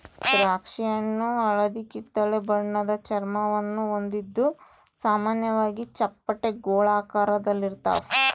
ದ್ರಾಕ್ಷಿಹಣ್ಣು ಹಳದಿಕಿತ್ತಳೆ ಬಣ್ಣದ ಚರ್ಮವನ್ನು ಹೊಂದಿದ್ದು ಸಾಮಾನ್ಯವಾಗಿ ಚಪ್ಪಟೆ ಗೋಳಾಕಾರದಲ್ಲಿರ್ತಾವ